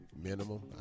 Minimum